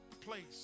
place